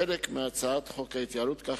חלק מהצעת חוק ההתייעלות הכלכלית,